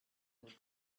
your